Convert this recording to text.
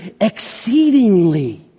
exceedingly